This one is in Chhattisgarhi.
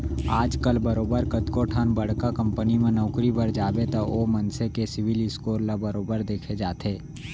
आजकल बरोबर कतको ठन बड़का कंपनी म नौकरी बर जाबे त ओ मनसे के सिविल स्कोर ल बरोबर देखे जाथे